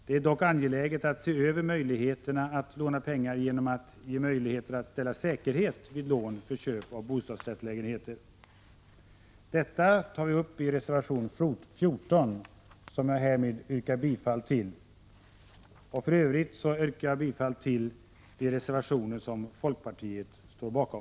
Det är dock angeläget att se över möjligheterna att låna pengar genom att ge möjlighet att ställa säkerhet vid lån för köp av bostadsrättslägenhet. Detta tas upp i reservation 14 som jag härmed yrkar bifall till. För övrigt yrkar jag bifall till de reservationer som folkpartiet står bakom.